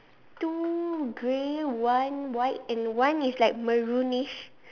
two grey one white and one is like maroonish